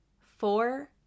four